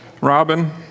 Robin